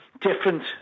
Different